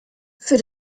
für